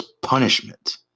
punishment